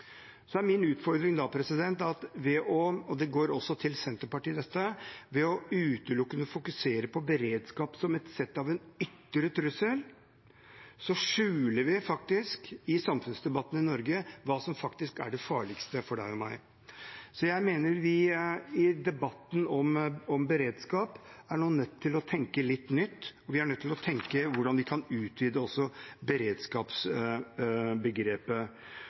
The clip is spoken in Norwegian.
Så er min utfordring, og dette går også til Senterpartiet: Ved utelukkende å fokusere på beredskap som ett sett av en ytre trussel skjuler vi faktisk i samfunnsdebatten i Norge hva som er det farligste for deg og meg. Jeg mener vi i debatten om beredskap nå er nødt til å tenke litt nytt, og vi er nødt til å tenke hvordan vi kan utvide beredskapsbegrepet.